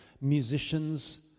musicians